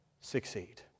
succeed